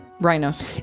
Rhinos